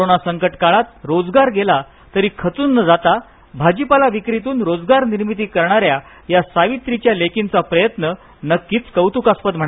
corona संकट काळात रोजगार गेला तरी खचून न जाता भाजीपाला विक्रीतून रोजगार निर्मिती करणाऱ्या या सावित्रीच्या लेकीचा प्रयत्न नक्कीच कौतुकास्पद आहे